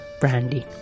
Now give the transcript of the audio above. brandy